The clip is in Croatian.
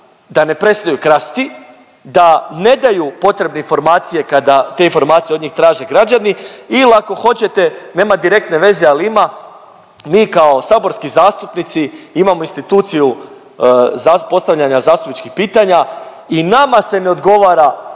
da ne prestaju krasti, da ne daju potrebne informacije kada te informacije od njih traže građani il ako hoćete nema direktne veze, al ima, mi kao saborski zastupnici imamo instituciju postavljanja zastupničkih pitanja i nama se ne odgovara